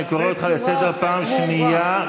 אני קורא אותך לסדר פעם שנייה.